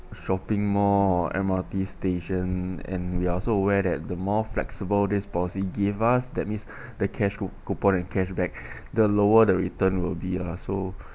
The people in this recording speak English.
shopping more M_R_T station and we are also aware that the more flexible this policy gave us that means the cash coup~ coupon and cashback the lower the return will be uh so